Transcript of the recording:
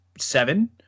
seven